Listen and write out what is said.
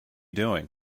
doing